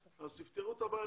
אז תפתרו את הבעיה.